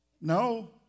No